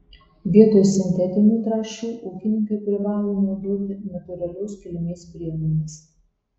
vietoj sintetinių trąšų ūkininkai privalo naudoti natūralios kilmės priemones